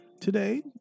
Today